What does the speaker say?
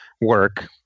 work